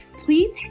please